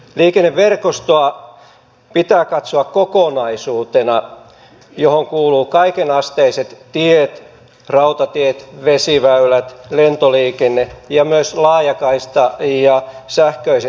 liikenneverkostoa pitää katsoa kokonaisuutena johon kuuluvat kaikenasteiset tiet rautatiet vesiväylät lentoliikenne ja myös laajakaista ja sähköiset viestintäyhteydet